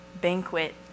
banquet